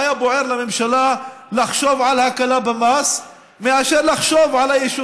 מה היה בוער לממשלה לחשוב על הקלה במס מאשר על היישובים